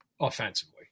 offensively